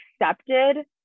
accepted